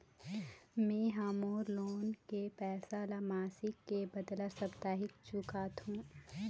में ह मोर लोन के पैसा ला मासिक के बदला साप्ताहिक चुकाथों